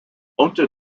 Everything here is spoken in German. unter